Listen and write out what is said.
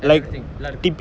like everything a lot of thing